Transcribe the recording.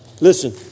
Listen